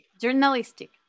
Journalistic